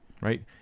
right